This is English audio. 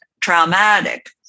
traumatic